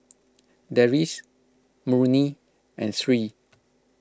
Deris Murni and Sri